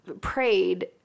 prayed